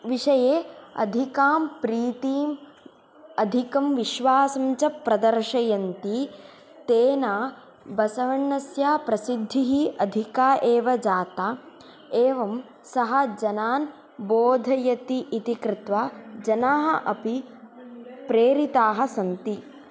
विषये अधिकां प्रीतिम् अधिकं विश्वासं च प्रदर्शयन्ति तेन बसवण्णस्य प्रसिद्धिः अधिका एव जाता एवं सः जनान् बोधयति इति कृत्वा जनाः अपि प्रेरिताः सन्ति